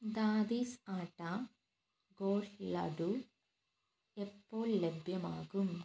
ദാദീസ് ആട്ട ഗോണ്ട് ലഡു എപ്പോൾ ലഭ്യമാകും